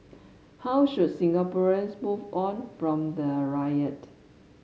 how should Singaporeans move on from the riot